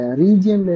region